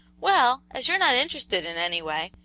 well, as you're not interested in any way,